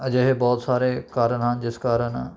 ਅਜਿਹੇ ਬਹੁਤ ਸਾਰੇ ਕਾਰਨ ਹਨ ਜਿਸ ਕਾਰਨ